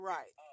Right